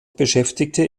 beschäftigte